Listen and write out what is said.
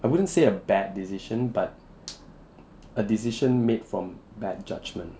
I wouldn't say a bad decision but a decision made from bad judgement